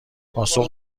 پاسخ